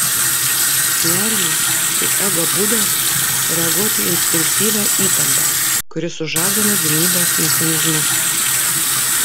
nerimas tai ego būdas reaguoti į instinktyvią įtampą kuri sužadina gynybos mechanizmus